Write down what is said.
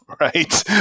right